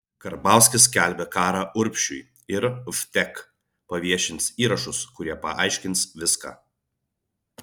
karbauskis skelbia karą urbšiui ir vtek paviešins įrašus kurie paaiškins viską